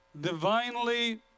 divinely